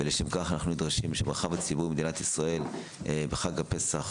ולשם כל אנחנו נדרשים שהמרחב הציבורי במדינת ישראל בחג הפסח